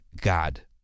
God